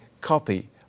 copy